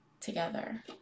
together